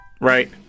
right